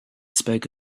spoke